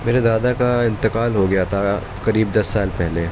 میرے دادا کا انتقال ہو گیا تھا قریب دس سال پہلے